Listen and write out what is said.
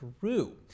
Peru